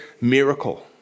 miracle